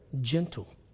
gentle